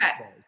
Okay